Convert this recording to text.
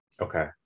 okay